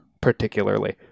particularly